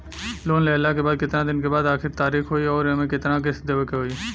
Loan लेहला के कितना दिन के बाद आखिर तारीख होई अउर एमे कितना किस्त देवे के होई?